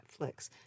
Netflix